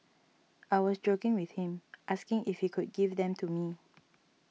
I was joking with him asking if he could give them to me